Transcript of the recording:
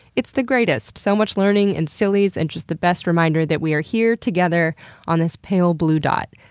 it's the greatest. so much learning and sillies and just the best reminder that we are here together on this pale blue dot.